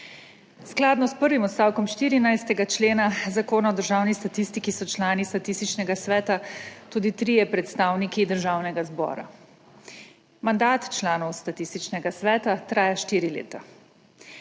Skladno s prvim odstavkom 14. člena Zakona o državni statistiki so člani Statističnega sveta tudi trije predstavniki Državnega zbora. Mandat članov Statističnega sveta traja štiri leta.